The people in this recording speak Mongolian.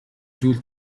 зүйл